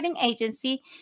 agency